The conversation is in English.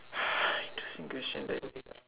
interesting question that